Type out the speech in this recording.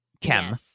Kim